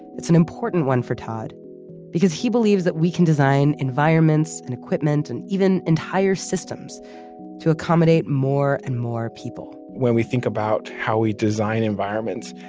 it's an important one for todd because he believes that we can design environments and equipment and even entire systems to accommodate more and more people when we think about how we design environments,